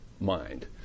mind